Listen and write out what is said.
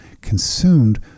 consumed